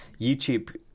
YouTube